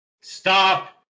Stop